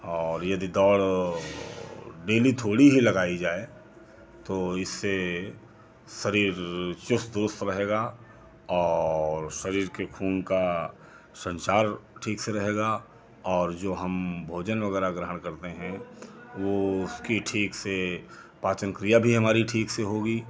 और यदि दौड़ डेली थोड़ी ही लगाई जाए तो इससे शरीर चुस्त वुस्त रहेगा और शरीर के खून का संचार ठीक से रहेगा और जो हम भोजन वगैरह ग्रहण करते हैं वो उसकी ठीक से पाचन क्रिया भी हमारी ठीक से होगी